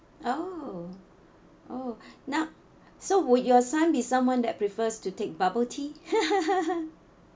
oh oh now so would your son be someone that prefers to take bubble tea